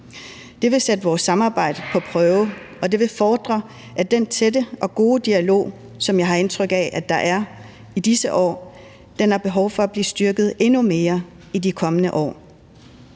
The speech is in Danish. Det vil sætte vores samarbejde på prøve, og det vil fordre, at den tætte og gode dialog, som jeg har indtryk af der er i disse år, bliver styrket endnu mere i de kommende år.